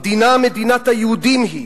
המדינה מדינת היהודים היא,